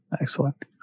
excellent